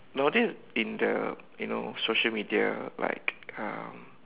nowadays in the you know the social media like um